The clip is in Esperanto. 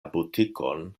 butikon